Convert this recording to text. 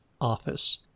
office